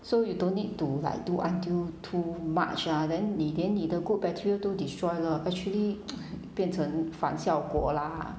so you don't need to like do until too much ah then 你 then 你的 good bacteria 都 destroy 了 actually 变成反效果 lah